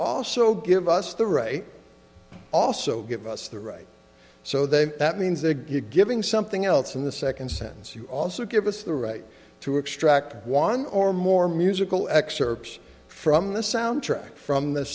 also give us the right also give us the right so they that means they're giving something else in the second sense you also give us the right to extract one or more musical excerpts from the soundtrack from the